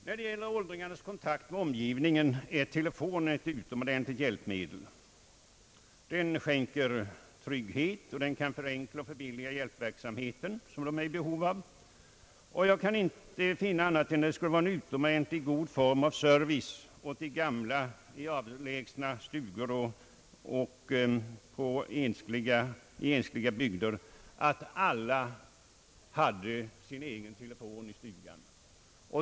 När det gäller åldringarnas kontakt med omgivningen är telefonen ett utomordentligt hjälpmedel. Den skänker trygghet, och den kan förenkla och förbilliga hjälpverksamheten som de gamla är i behov av. Jag kan inte finna annat än att det skulle vara en utomordentligt god form av service åt gamla i avlägsna stugor och i ensliga bygder att alla fick sin egen telefon i stugan.